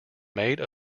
made